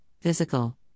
physical